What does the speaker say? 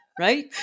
right